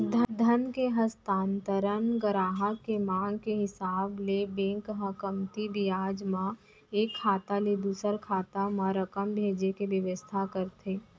धन के हस्तांतरन गराहक के मांग के हिसाब ले बेंक ह कमती बियाज म एक खाता ले दूसर खाता म रकम भेजे के बेवस्था करथे